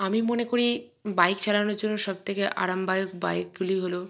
আমি মনে করি বাইক চালানোর জন্য সবথেকে আরামদায়ক বাইকগুলি হল